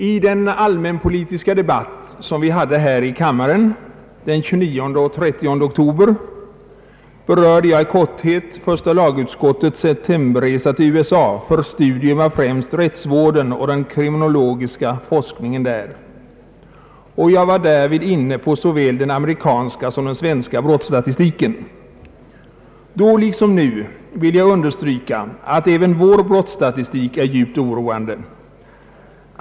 I den allmänpolitiska debatt som fördes här i kammaren den 29 och 30 oktober berörde jag i korthet första lagutskottets septemberresa till USA för studium av främst rättsvården och den kriminologiska forskningen där. Jag var därvid inne på såväl den amerikanska som den svenska brottsstatistiken. Då liksom nu vill jag understryka att även vår brottsstatistik är djupt oroande.